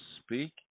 speak